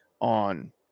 on